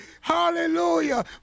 Hallelujah